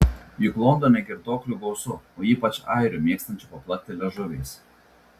juk londone girtuoklių gausu o ypač airių mėgstančių paplakti liežuviais